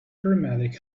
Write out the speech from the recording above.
paramedic